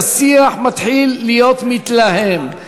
השיח מתחיל להיות מתלהם.